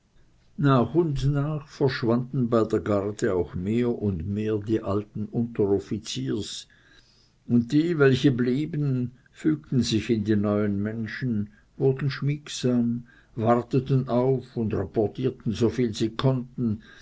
nach und nach verschwanden bei der garde auch mehr und mehr die alten unteroffiziers und die welche blieben fügten sich in die neuen menschen wurden schmiegsam warteten auf und rapportierten so viel sie konnten